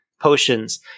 potions